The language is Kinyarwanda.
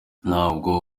ntabwo